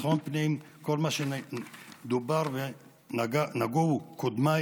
ביטחון הפנים וכל מה שדובר ונגעו בו קודמיי,